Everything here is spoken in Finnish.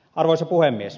arvoisa puhemies